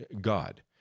God